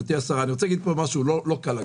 אני אומר משהו לא קל: